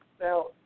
Now